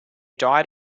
died